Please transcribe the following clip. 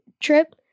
trip